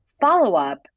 follow-up